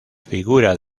figura